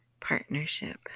partnership